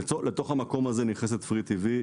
אל תוך המקום הזה נכנסת פרי טיוי.